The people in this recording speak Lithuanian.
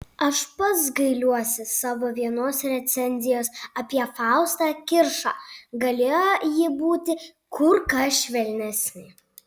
aš pats gailiuosi savo vienos recenzijos apie faustą kiršą galėjo ji būti kur kas švelnesnė